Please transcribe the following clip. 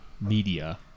media